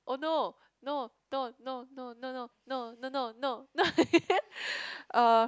oh no no no no no no no no no no no no uh